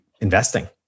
investing